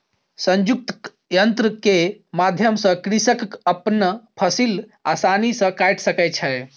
संयुक्तक यन्त्र के माध्यम सॅ कृषक अपन फसिल आसानी सॅ काइट सकै छै